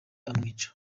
amwica